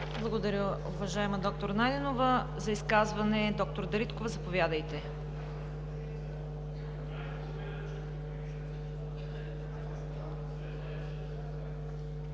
Благодаря Ви, уважаема д-р Найденова. За изказване – д-р Дариткова, заповядайте.